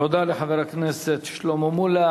תודה לחבר הכנסת שלמה מולה.